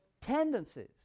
tendencies